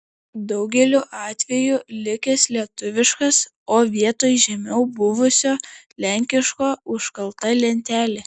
daugeliu atveju likęs lietuviškas o vietoj žemiau buvusio lenkiško užkalta lentelė